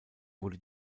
wurde